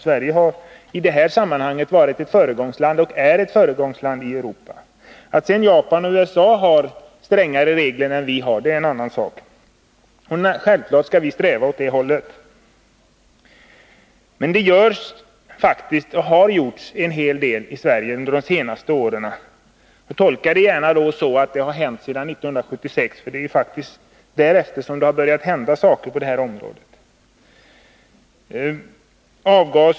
Sverige har i detta sammanhang varit och är ett föregångsland i Europa. Att sedan Japan och USA har strängare regler än vi är en annan sak. Självfallet skall vi sträva åt det hållet. Det görs och har under de senaste åren gjorts en hel del i Sverige på det området. Tolka det gärna så, att det har hänt sedan 1976, för det är faktiskt därefter det börjat hända någonting på det här området!